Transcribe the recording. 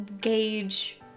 gauge